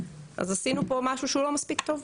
אז עשינו פה משהו שהוא לא מספיק טוב,